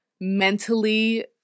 mentally